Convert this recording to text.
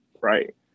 Right